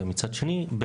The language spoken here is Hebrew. ומצד שני,